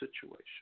situation